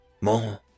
more